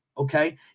Okay